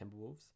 Timberwolves